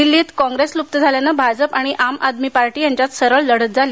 दिल्लीमध्ये काँग्रेस लुप्त झाल्याने भाजप आणि आम आदमी पार्टी यांच्यात सरळ लढत झाली